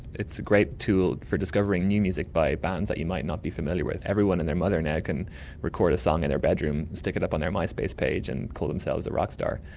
it's a great tool for discovering new music by bands that you might not be familiar with. everyone and their mother now can record a song in their bedroom, stick it up on their myspace page and call themselves a rock star,